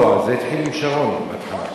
לא, זה התחיל עם שרון בהתחלה.